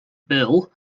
bill